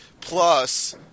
plus